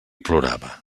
plorava